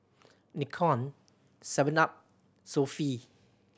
Nikon Seven Up Sofy